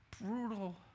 brutal